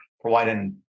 providing